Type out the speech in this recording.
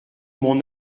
mon